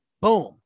boom